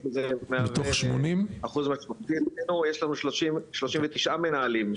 יש לנו 39 מנהלים,